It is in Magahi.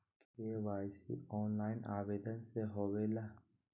के.वाई.सी ऑनलाइन आवेदन से होवे ला?